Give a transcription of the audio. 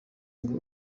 ngo